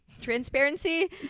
transparency